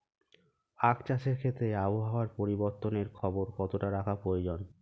আখ চাষের ক্ষেত্রে আবহাওয়ার পরিবর্তনের খবর কতটা রাখা প্রয়োজন?